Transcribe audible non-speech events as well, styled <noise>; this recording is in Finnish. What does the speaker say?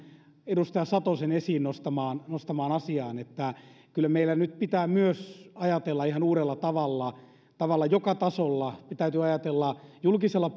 edustaja satosen esiin nostamaan nostamaan asiaan että kyllä meidän nyt pitää myös ajatella ihan uudella tavalla tavalla joka tasolla täytyy ajatella julkisella <unintelligible>